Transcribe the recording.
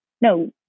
no